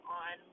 on